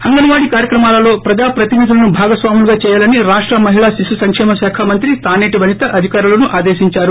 అంగన్ వాడీ కార్యక్రమాలలో ప్రజా ప్రతినిధులను భాగస్వాములుగా చేయాలని రాష్ట మహిళా శిశు సంక్షేమ శాఖా మంత్రి తాసేటి వనిత అధికారులను ఆదేశించారు